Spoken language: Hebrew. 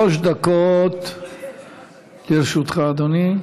שלוש דקות לרשותך, אדוני.